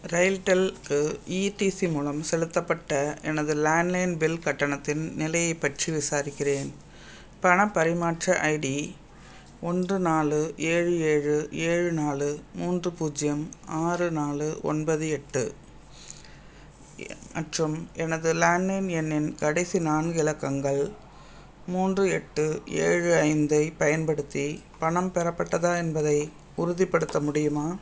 ரெயில்டெல்கு இடிசி மூலம் செலுத்தப்பட்ட எனது லேண்ட்லைன் பில் கட்டணத்தின் நிலையைப் பற்றி விசாரிக்கிறேன் பணப் பரிமாற்ற ஐடி ஒன்று நாலு ஏழு ஏழு ஏழு நாலு மூன்று பூஜ்ஜியம் ஆறு நாலு ஒன்பது எட்டு மற்றும் எனது லேண்ட்லைன் எண்ணின் கடைசி நான்கு இலக்கங்கள் மூன்று எட்டு ஏழு ஐந்தைப் பயன்படுத்தி பணம் பெறப்பட்டதா என்பதை உறுதிப்படுத்த முடியுமா